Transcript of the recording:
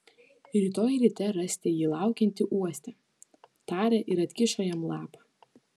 rytoj ryte rasite jį laukiantį uoste tarė ir atkišo jam lapą